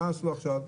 מה עשו עכשיו?